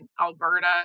Alberta